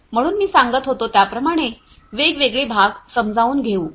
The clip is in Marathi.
म्हणून मी सांगत होतो त्याप्रमाणे वेगवेगळे भाग समजावून घेऊ या